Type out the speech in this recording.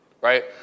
right